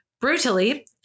Brutally